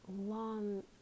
long